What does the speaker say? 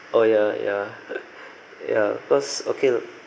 oh ya ya ya cause okay